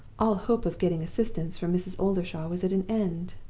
all hope of getting assistance from mrs. oldershaw was at an end.